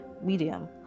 medium